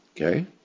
Okay